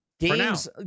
Games